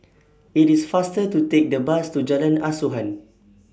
IT IS faster to Take The Bus to Jalan Asuhan